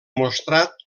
mostrat